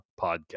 podcast